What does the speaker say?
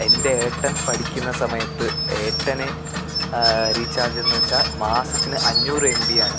എൻ്റെ ഏട്ടൻ പഠിക്കുന്ന സമയത്ത് ഏട്ടനെ റീച്ചാർജ് എന്ന് വെച്ചാൽ മാസത്തിന് അഞ്ഞൂറെമ്പിയാണ്